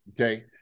Okay